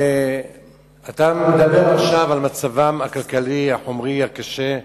ואתה מדבר עכשיו על מצבם הכלכלי החומרי הקשה.